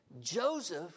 Joseph